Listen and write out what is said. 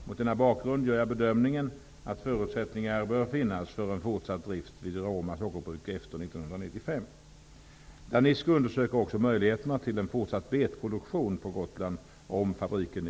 Mot denna bakgrund gör jag bedömningen att förutsättningar bör finnas för en fortsatt drift vid Roma sockerbruk efter år Danisco undersöker också möjligheterna till en fortsatt betproduktion på Gotland om fabriken i